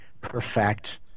perfect